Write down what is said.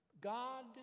God